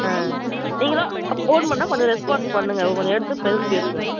ஆ நீங்களும் ஃபோன் பண்ணா கொஞ்சம் ரெஸ்பான்ஸ் பண்ணுங்க கொஞ்சம் எடுத்து பதில் பேசுங்க